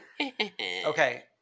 Okay